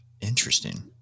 Interesting